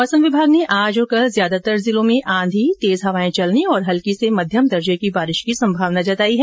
मौसम विभाग ने आज और कल ज्यादातर जिलों में आंधी तेज हवायें चलने तथा हल्की से मध्यम दर्जे की बारिश की संभावना जताई है